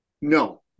No